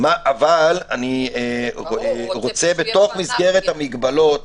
אבל אני רוצה בתוך מסגרת המגבלות